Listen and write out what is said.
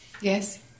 Yes